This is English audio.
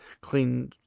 Clean